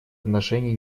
отношения